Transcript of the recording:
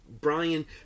Brian